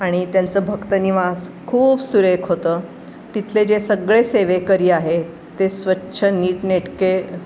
आणि त्यांचं भक्तनिवास खूप सुरेख होतं तिथले जे सगळे सेवेकरी आहेत ते स्वच्छ नीटनेटके